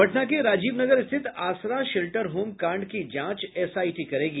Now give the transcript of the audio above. पटना के राजीवनगर स्थित Aasra shelter home कांड की जांच एसआईटी करेगी